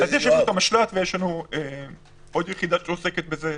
אז יש לנו את המשל"ט ויש לנו עוד יחידה שעוסקת בזה,